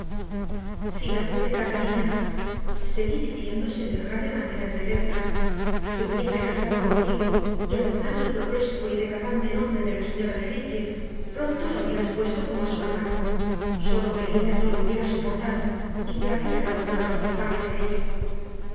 si la pobre catalina seguí diciendo sin dejar de mantenerme alerta se hubiese casado contigo y adoptado el grotesco y degradante nombre de señora de heathcliff pronto la hubieras puesto como a su hermano sólo que ella no lo hubiera soportado y te habría dado pruebas palpables de ello